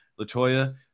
latoya